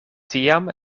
tiam